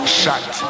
shot